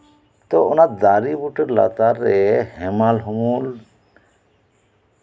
ᱛᱳ ᱚᱱᱟ ᱫᱟᱨᱮ ᱵᱩᱴᱟᱹ ᱞᱟᱛᱟᱨ ᱨᱮ ᱦᱮᱢᱟᱞ ᱩᱢᱩᱞ